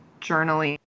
journaling